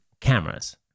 cameras